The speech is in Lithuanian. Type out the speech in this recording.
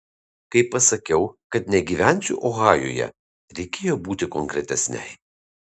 kai pasakiau kad negyvensiu ohajuje reikėjo būti konkretesnei